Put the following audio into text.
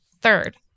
Third